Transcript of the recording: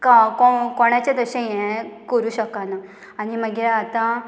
CoV कोणाचेंच अशें हें करूं शकना आनी मागीर आतां